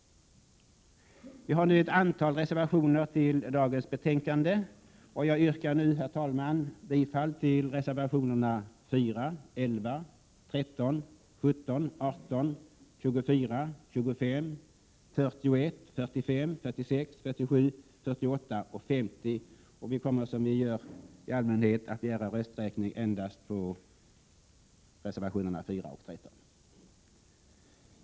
Vi har ett antal reservationer till dagens betänkande, och jag yrkar nu, herr talman, bifall till reservationerna 4, 11, 13, 17, 18, 24, 25, 41, 45, 46, 47, 48 och 50. Vi kommer, som vi i allmänhet gör, att begära rösträkning endast på ett fåtal, nämligen reservationerna 4 och 13.